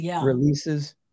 releases